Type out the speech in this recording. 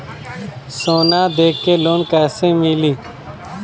सोना दे के लोन कैसे मिली?